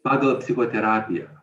pagal psichoterapiją